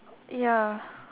ya